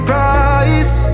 Price